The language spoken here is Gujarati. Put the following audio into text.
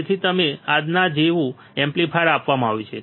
તેથી તમને આના જેવું એમ્પ્લીફાયર આપવામાં આવ્યું છે